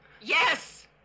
Yes